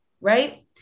right